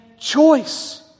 choice